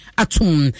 atum